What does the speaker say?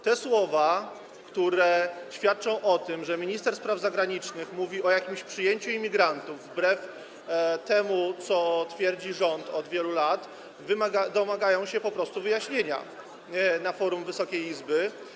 Te słowa, które świadczą o tym, że minister spraw zagranicznych mówi o jakimś przyjęciu imigrantów, wbrew temu, co twierdzi rząd od wielu lat, domagają się po prostu wyjaśnienia na forum Wysokiej Izby.